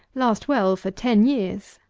last well for ten years.